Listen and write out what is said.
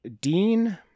Dean